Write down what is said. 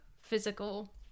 physical